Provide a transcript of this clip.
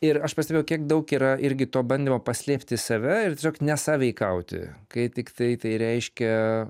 ir aš pastebėjau kiek daug yra irgi to bandymo paslėpti save ir tiesiog nesąveikauti kai tiktai tai reiškia